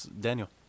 Daniel